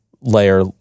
layer